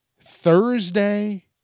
Thursday